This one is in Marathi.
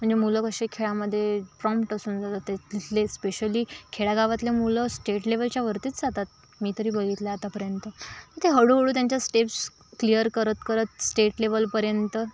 म्हणजे मुलं कशी खेळामध्ये प्रॉम्ट समजतंय तिथले स्पेशली खेडेगावातली मुलं स्टेट लेवलच्या वरतीच जातात मी तरी बघितलंय आतापर्यंत ते हळूहळू त्यांच्या स्टेप्स क्लिअर करत करत स्टेट लेवलपर्यंत